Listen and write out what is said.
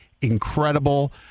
incredible